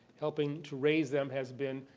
helping to raise them has been,